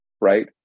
Right